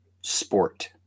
sport